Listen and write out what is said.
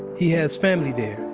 he has family there,